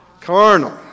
Carnal